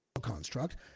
construct